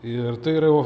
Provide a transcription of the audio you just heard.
ir tai yra